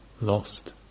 lost